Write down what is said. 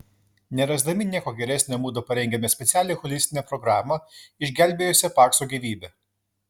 nerasdami nieko geresnio mudu parengėme specialią holistinę programą išgelbėjusią pakso gyvybę